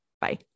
Bye